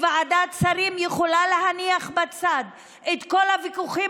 ושוועדת שרים יכולה להניח בצד את כל הוויכוחים